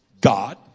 God